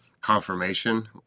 confirmation